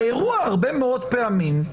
האירוע הרבה מאוד פעמים,